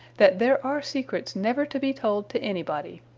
that there are secrets never to be told to anybody.